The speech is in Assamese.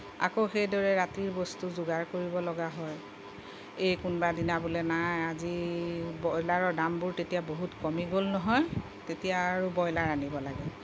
আকৌ সেইদৰে ৰাতিৰ বস্তু যোগাৰ কৰিবলগা হয় এই কোনোবাদিনা বোলে নাই আজি ব্ৰইলাৰৰ দামবোৰ তেতিয়া বহুত কমি গ'ল নহয় তেতিয়া আৰু ব্ৰইলাৰ আনিব লাগে